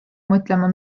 mõtlema